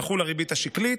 תחול הריבית השקלית,